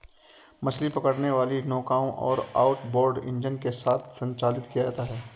मछली पकड़ने वाली नौकाओं आउटबोर्ड इंजन के साथ संचालित किया जाता है